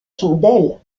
chandelle